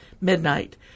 midnight